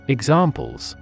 Examples